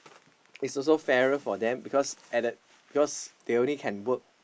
it's also fairer for them because at the because they only can work